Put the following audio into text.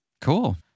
Cool